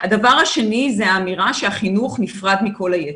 הדבר השני זה האמירה שהחינוך נפרד מכל היתר.